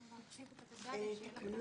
אנחנו בתקנה